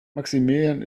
maximilian